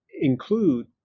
include